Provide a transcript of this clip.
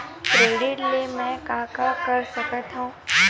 Credit ले मैं का का कर सकत हंव?